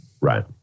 Right